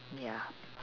ya